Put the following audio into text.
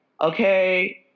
okay